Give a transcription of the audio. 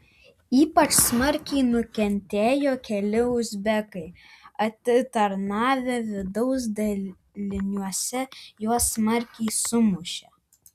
ypač smarkiai nukentėjo keli uzbekai atitarnavę vidaus daliniuose juos smarkiai sumušė